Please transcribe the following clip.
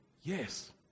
Yes